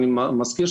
אני מזכיר,